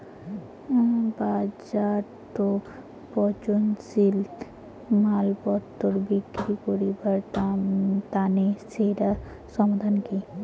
বাজারত পচনশীল মালপত্তর বিক্রি করিবার তানে সেরা সমাধান কি?